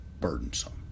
burdensome